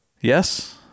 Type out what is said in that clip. yes